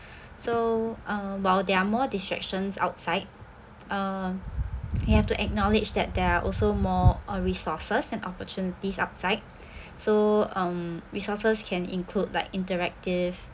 so uh while they're more distractions outside uh we have to acknowledge that there are also more uh resources and opportunities outside so um resources can include like interactive